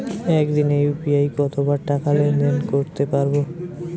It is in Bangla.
একদিনে ইউ.পি.আই কতবার টাকা লেনদেন করতে পারব?